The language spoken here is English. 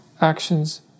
actions